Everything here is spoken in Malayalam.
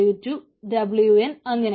W1W2Wn അങ്ങനെ